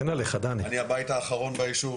אני הבית האחרון ביישוב.